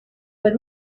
but